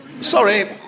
Sorry